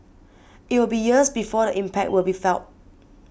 it will be years before the impact will be felt